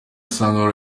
asanga